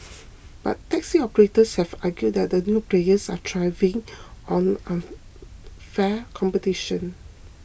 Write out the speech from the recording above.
but taxi operators have argued that the new players are thriving on unfair competition